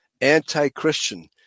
anti-Christian